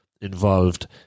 involved